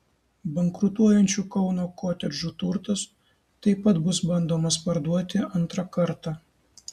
bankrutuojančių kauno kotedžų turtas taip pat bus bandomas parduoti antrą kartą